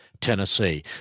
Tennessee